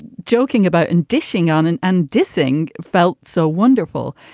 joking about and dishing on and and dissing felt so wonderful.